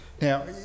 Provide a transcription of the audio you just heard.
Now